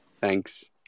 thanks